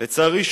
לצערי,